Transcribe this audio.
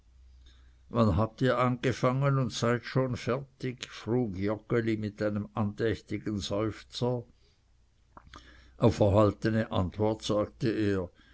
wann habt ihr angefangen und seid schon fertig frug joggeli mit einem andächtigen seufzer auf erhaltene antwort sagte er